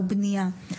או בנייה.